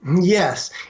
Yes